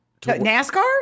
NASCAR